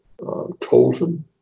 Tolton